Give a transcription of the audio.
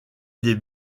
des